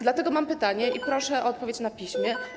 Dlatego mam pytanie i proszę o odpowiedź na piśmie.